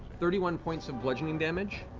thirty one points of bludgeoning damage.